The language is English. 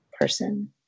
person